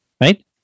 right